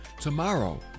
tomorrow